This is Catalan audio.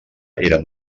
eren